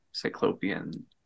cyclopean